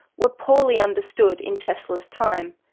were poorly understood in tesla's time.